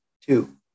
two